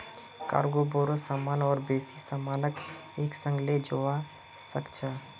cargo बोरो सामान और बेसी सामानक एक संग ले जव्वा सक छ